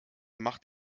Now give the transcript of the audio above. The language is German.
macht